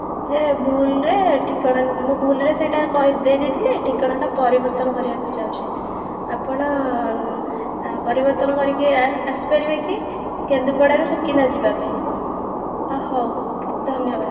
ଯେ ଭୁଲରେ ଠିକଣା ମୁଁ ଭୁଲରେ ସେଇଟା ଦେଇଦେଇଥିଲି ଠିକଣାଟା ପରିବର୍ତ୍ତନ କରିବାକୁ ଚାହୁଁଛି ଆପଣ ପରିବର୍ତ୍ତନ କରିକି ଆସିପାରିବେ କି କେନ୍ଦୁପଡାରୁ ସୁକିନ୍ଦା ଯିବାପାଇଁ ହେଉ ଧନ୍ୟବାଦ